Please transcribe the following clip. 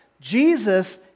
Jesus